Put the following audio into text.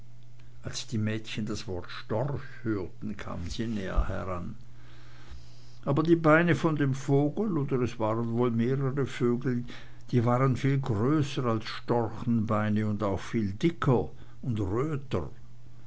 als die mädchen das wort storch hörten kamen sie näher heran aber die beine von dem vogel oder es waren wohl mehrere vögel die waren viel größer als storchenbeine und auch viel dicker und viel röter